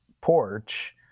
porch